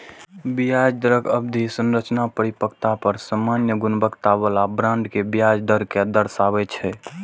ब्याज दरक अवधि संरचना परिपक्वता पर सामान्य गुणवत्ता बला बांड के ब्याज दर कें दर्शाबै छै